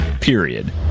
Period